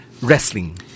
wrestling